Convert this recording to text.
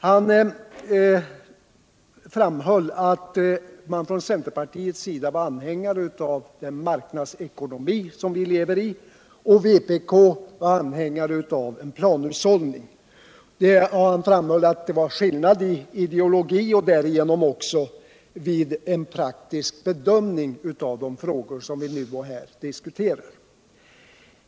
Han framhöll att centerpartiet var anhängare av den marknadsekonomi som vi lever i och att vpk var anhängare av en planhushållning. Han menade att det var skillnad i ideologi och därigenom också i en praktisk bedömning av de frågor som vi nu diskuterar.